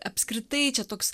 apskritai čia toks